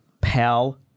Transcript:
pal